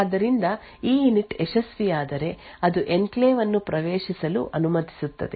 ಆದ್ದರಿಂದ E I N I T ಯಶಸ್ವಿಯಾದರೆ ಅದು ಎನ್ಕ್ಲೇವ್ ಅನ್ನು ಪ್ರವೇಶಿಸಲು ಅನುಮತಿಸುತ್ತದೆ